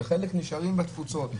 וחלק נשארים בתפוצות,